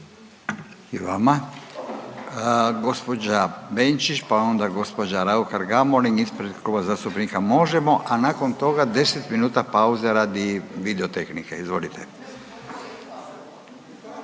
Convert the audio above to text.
I vama. Gospođa Benčić pa onda gospođa Raukar-Gamulin ispred Kluba zastupnika Možemo!, a nakon toga 10 minuta pauze radi video tehnike. Izvolite.